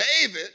David